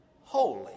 holy